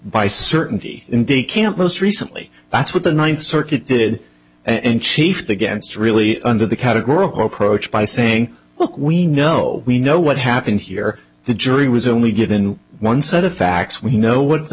by certainty in the camp most recently that's what the ninth circuit did and chief against really under the categorical approach by saying look we know we know what happened here the jury was only given one set of facts we know what the